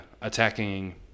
attacking